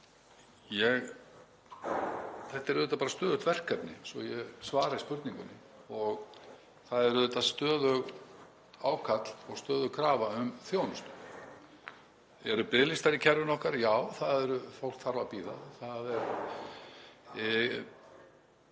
Þetta er auðvitað bara stöðugt verkefni, svo ég svari spurningunni, og það er auðvitað stöðugt ákall og stöðug krafa um þjónusta. Eru biðlistar í kerfinu okkar? Já, fólk þarf að bíða. Fer